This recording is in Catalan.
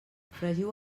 fregiu